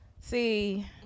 See